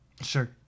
Sure